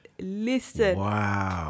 Listen